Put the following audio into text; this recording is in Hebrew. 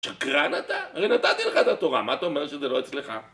שקרן אתה? הרי נתתי לך את התורה, מה אתה אומר שזה לא אצלך?